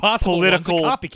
political